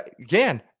Again